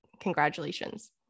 Congratulations